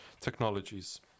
technologies